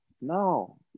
No